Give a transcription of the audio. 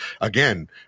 again